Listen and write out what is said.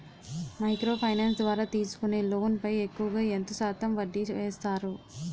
Micro finance ద్వారా తీసుకునే loan పై ఎక్కువుగా ఎంత శాతం వడ్డీ వేస్తారు?